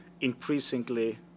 increasingly